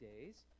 days